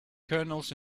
kernels